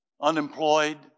unemployed